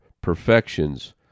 perfections